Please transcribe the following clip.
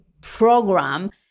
program